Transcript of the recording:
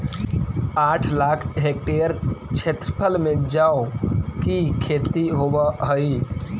आठ लाख हेक्टेयर क्षेत्रफल में जौ की खेती होव हई